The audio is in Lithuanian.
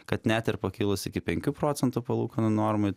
kad net ir pakilus iki penkių procentų palūkanų normai